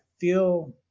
feel